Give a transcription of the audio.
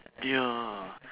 ya